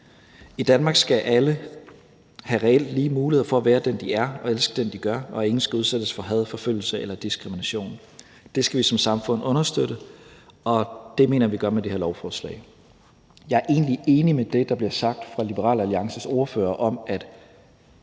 I Danmark skal alle have reelt lige muligheder for at være den, de er, og elske den, de gør, og ingen skal udsættes for had, forfølgelse eller diskrimination. Det skal vi som samfund understøtte, og det mener jeg at vi gør med det her lovforslag. Jeg er egentlig enig i det, der bliver sagt fra Liberal Alliances ordfører, om, at